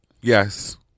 Yes